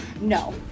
no